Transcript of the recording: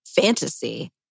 fantasy